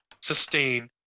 sustain